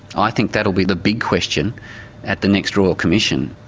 i think that will be the big question at the next royal commission,